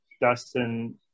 Dustin